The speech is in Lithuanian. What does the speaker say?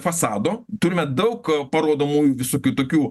fasado turime daug parodomųjų visokių tokių